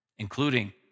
including